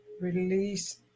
Release